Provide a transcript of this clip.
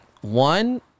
One